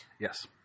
Yes